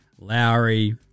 Lowry